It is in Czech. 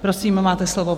Prosím, máte slovo.